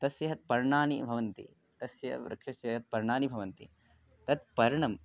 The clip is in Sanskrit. तस्यः पर्णानि भवन्ति तस्य वृक्षश्चेत् पर्णानि भवन्ति तत् पर्णं